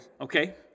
Okay